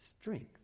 strength